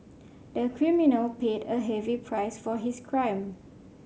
the criminal paid a heavy price for his crime